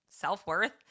self-worth